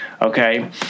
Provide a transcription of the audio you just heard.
okay